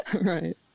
Right